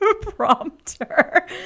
prompter